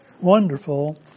wonderful